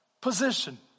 position